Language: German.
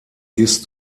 ist